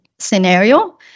scenario